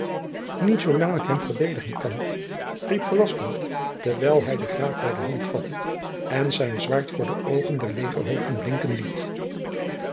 niet zoolang ik hem verdedigen kan riep velasco terwijl hij den graaf bij de hand vatte en zijn zwaard voor de oogen der legerhoofden blinken liet